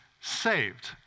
saved